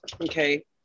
Okay